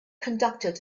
conducted